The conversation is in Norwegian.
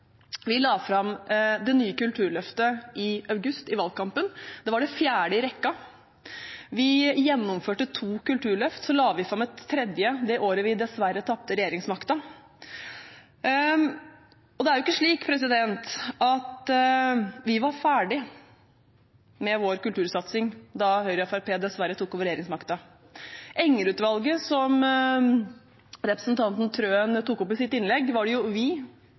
Vi la fram Det nye kulturløftet i august, i valgkampen. Det var det fjerde i rekken. Vi gjennomførte to kulturløft og la fram et tredje det året vi dessverre tapte regjeringsmakten. Vi var ikke ferdig med vår kultursatsing da Høyre og Fremskrittspartiet dessverre tok over regjeringsmakten. Enger-utvalget, som representanten Wilhelmsen Trøen tok opp i sitt innlegg, var det vi